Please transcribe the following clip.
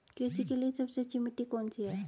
कृषि के लिए सबसे अच्छी मिट्टी कौन सी है?